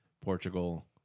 portugal